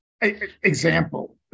Example